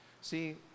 See